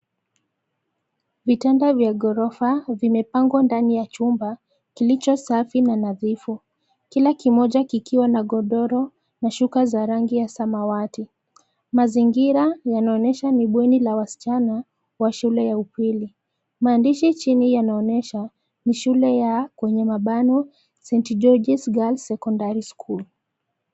Vitanda vya gorofa vimepangwa ndani ya chumba kilicho safi na nadhifu. Kila kimoja kikiwa na godoro na shuka za rangi ya samawati. Mazingira yanaonyesha ni bweni la wasichana wa shule ya upili. Maandishi chini yanaonyesha, ni shule ya, kwenye mabano, St George's Girl Secondary School.